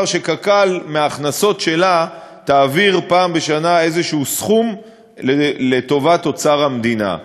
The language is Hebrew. קק"ל תעביר מההכנסות שלה פעם בשנה סכום לטובת אוצר המדינה.